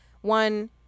One